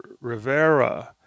Rivera